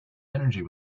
energy